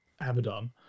Abaddon